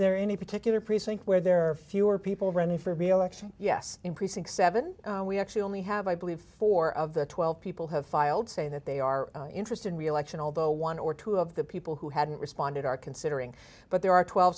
there any particular precinct where there are fewer people running for reelection yes increasing seven we actually only have i believe four of the twelve people have filed saying that they are interested in reelection although one or two of the people who hadn't responded are considering but there are twelve